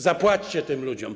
Zapłaćcie tym ludziom.